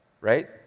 right